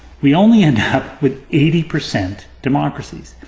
we only end up with eighty percent democracies,